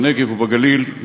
בנגב ובגליל,